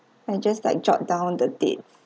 and just like jot down the date